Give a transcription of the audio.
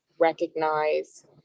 recognize